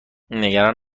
نگران